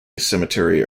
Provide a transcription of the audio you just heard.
cemetery